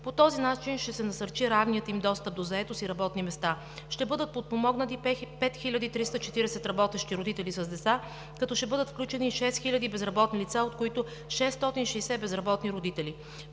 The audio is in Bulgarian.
По този начин ще се насърчи равният им достъп до заетост и работни места, ще бъдат подпомогнати 5340 работещи родители с деца, като ще бъдат включени 6000 хиляди безработни лица, от които 660 безработни родители.